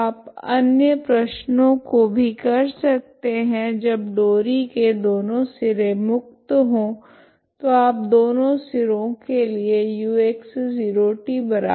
तो आप अन्य प्रश्नों को भी कर सकते है जब डोरी के दोनों सिरे मुक्त हो तो आप दोनों सिरो के लिए ux0t0 ले